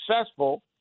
successful